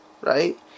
right